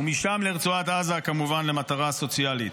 ומשם לרצועת עזה, כמובן למטרה סוציאלית.